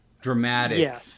dramatic